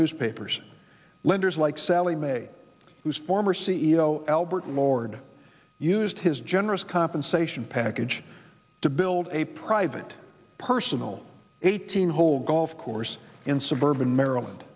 newspapers lenders like sally mae whose former c e o albert lord used his generous compensation package to build a private personal eighteen hole golf course in suburban maryland